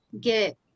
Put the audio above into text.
get